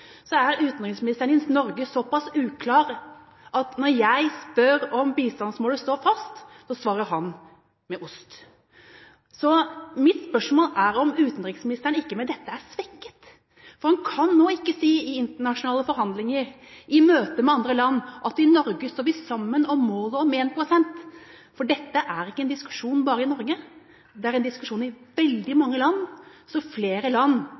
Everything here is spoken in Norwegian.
er utenriksministeren i Norge såpass uklar at når jeg spør om bistandsmålet står fast, svarer han med ost. Mitt spørsmål er om ikke utenriksministeren med dette er svekket, for han kan nå ikke si i internasjonale forhandlinger, i møter med andre land, at i Norge står vi sammen om målet om 1 pst. For dette er ikke en diskusjon bare i Norge; det er en diskusjon i veldig mange land. Så flere land